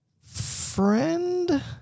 friend